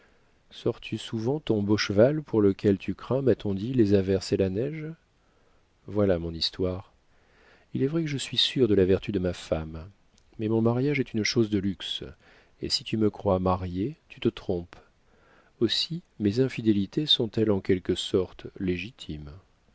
sors-tu souvent ton beau cheval pour lequel tu crains m'a-t-on dit les averses et la neige voilà mon histoire il est vrai que je suis sûr de la vertu de ma femme mais mon mariage est une chose de luxe et si tu me crois marié tu te trompes aussi mes infidélités sont-elles en quelque sorte légitimes